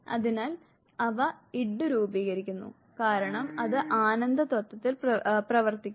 അതിനാൽ അവ ഇഡ് രൂപീകരിക്കുന്നു കാരണം ഇത് ആനന്ദ തത്വത്തിൽ പ്രവർത്തിക്കുന്നു